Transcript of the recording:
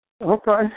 Okay